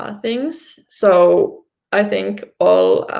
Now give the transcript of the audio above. um things, so i think all